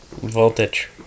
voltage